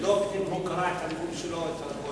לבדוק אם הוא קרע את הנאום שלו או את הדוח.